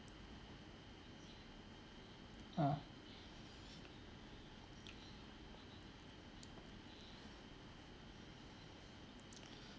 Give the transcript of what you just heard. ah